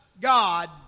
God